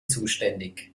zuständig